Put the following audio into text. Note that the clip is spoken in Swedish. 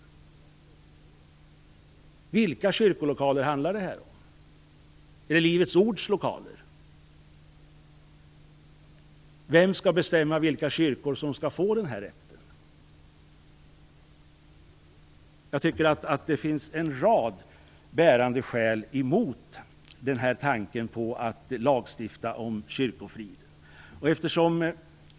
Vilka kyrkolokaler handlar det här om? Är det Livets ords lokaler? Vem skall bestämma vilka kyrkor som skall få den här rätten? Jag tycker att det finns en rad bärande skäl emot tanken att lagstifta om kyrkofrid.